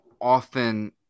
often